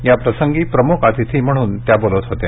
या प्रसंगी प्रम्ख अतिथी म्हणून त्या बोलत होत्या